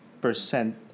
percent